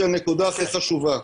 שהיא הנקודה הכי חשובה,